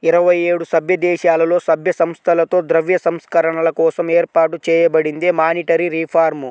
ఇరవై ఏడు సభ్యదేశాలలో, సభ్య సంస్థలతో ద్రవ్య సంస్కరణల కోసం ఏర్పాటు చేయబడిందే మానిటరీ రిఫార్మ్